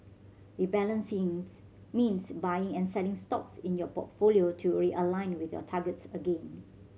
rebalancing means buying and selling stocks in your portfolio to realign with your targets again